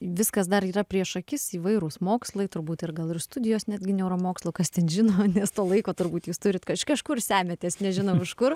viskas dar yra prieš akis įvairūs mokslai turbūt ir gal ir studijos netgi neuromokslo kas ten žino nes to laiko turbūt jūs turit kažkur semiatės nežinom iš kur